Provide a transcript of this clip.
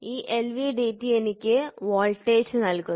ഈ എൽവിഡിടി എനിക്ക് വോൾട്ടേജ് നൽകുന്നു